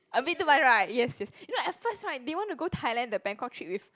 a bit too much right yes yes you know at first right they want to go Thailand the Bangkok trip with